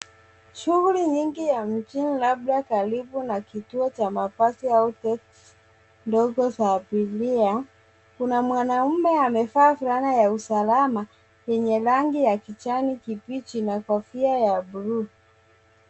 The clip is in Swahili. Shughuli nyingi ya mjini labda karibu na kituo cha mabasi au taksi ndogo za abiria kuna mwanaume amevaa fulana ya usalama yenye rangi ya kijani kibichi na kofia ya bluu.